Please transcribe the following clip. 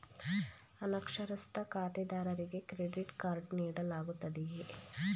ಅನಕ್ಷರಸ್ಥ ಖಾತೆದಾರರಿಗೆ credit card ನೀಡಲಾಗುತ್ತದೆಯೇ?